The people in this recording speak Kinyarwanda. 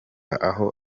aho